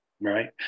Right